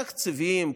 תקציבים,